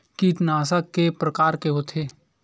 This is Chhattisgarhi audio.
कीटनाशक के प्रकार के होथे?